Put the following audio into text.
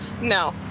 no